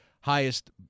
highest